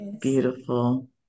beautiful